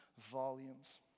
volumes